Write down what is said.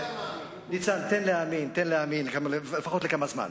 ניצן, תן להאמין, לפחות לכמה זמן.